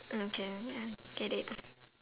okay let me um get it